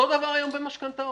אותו הדבר היום במשכנתאות.